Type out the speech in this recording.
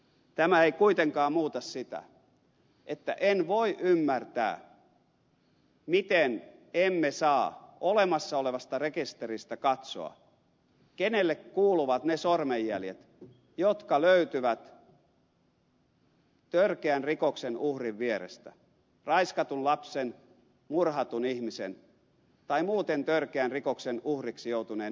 tämä ei kuitenkaan muuta sitä että en voi ymmärtää miten emme saa olemassa olevasta rekisteristä katsoa kenelle kuuluvat ne sormenjäljet jotka löytyvät törkeän rikoksen uhrin vierestä raiskatun lapsen murhatun ihmisen tai muuten törkeän rikoksen uhriksi joutuneen ihmisen vierestä